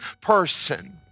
person